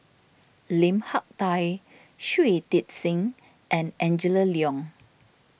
Lim Hak Tai Shui Tit Sing and Angela Liong